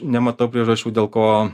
nematau priežasčių dėl ko